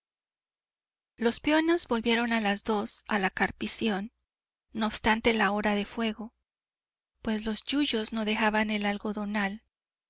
los peones volvieron a las dos a la carpición no obstante la hora de fuego pues los yuyos no dejaban el